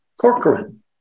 Corcoran